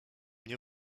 nie